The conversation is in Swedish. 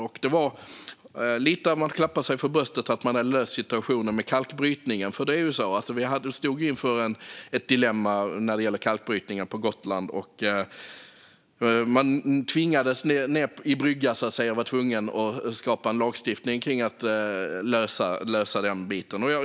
Man klappar sig lite för bröstet för att man löst situationen med kalkbrytningen. Vi stod ju inför ett dilemma när det gällde kalkbrytningen på Gotland. Man tvingades ned i brygga, så att säga, och var tvungen att skapa en lagstiftning för att lösa den biten.